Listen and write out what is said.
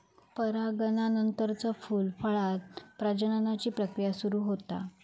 परागनानंतरच फूल, फळांत प्रजननाची प्रक्रिया सुरू होता